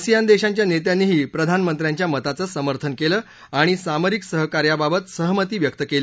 ASEAN देशांच्या नेत्यांनीही प्रधानमंत्र्याच्या मताचं समर्थन केलं आणि सामरिक सहकार्याबाबत सहमती व्यक्त केली